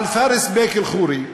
על פארס בק אל-ח'ורי,